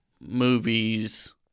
movies –